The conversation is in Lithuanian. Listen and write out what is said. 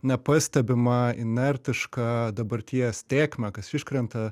nepastebimą inertišką dabarties tėkmę kas iškrenta